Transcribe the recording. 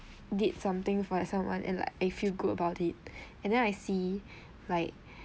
did something for like someone and like I feel good about it and then I see like